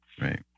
Right